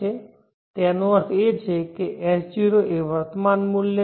તેનો અર્થ એ છે કે S0 એ વર્તમાન મૂલ્ય છે